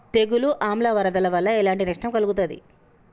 తెగులు ఆమ్ల వరదల వల్ల ఎలాంటి నష్టం కలుగుతది?